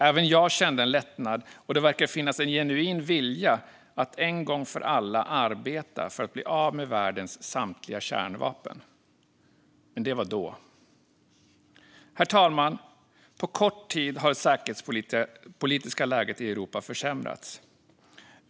Även jag kände en lättnad, och det verkade finnas en genuin vilja att en gång för alla arbeta för att bli av med världens samtliga kärnvapen. Men det var då. Herr talman! På kort tid har det säkerhetspolitiska läget i Europa försämrats.